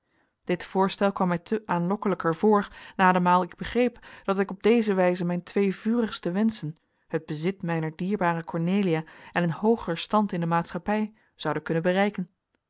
dit voorstel kwam mij te aanlokkelijker voor nademaal ik begreep dat ik op deze wijze mijn twee vurigste wenschen het bezit mijner dierbare cornelia en een hooger stand in de maatschappij zoude kunnen bereiken